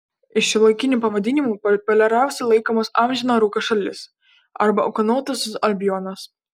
iš šiuolaikinių pavadinimų populiariausiu laikomas amžino rūko šalis arba ūkanotasis albionas